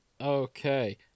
Okay